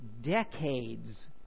decades